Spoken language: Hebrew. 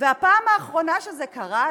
והפעם האחרונה שזה קרה,